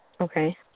Okay